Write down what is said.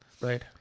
right